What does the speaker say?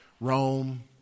Rome